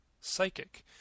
psychic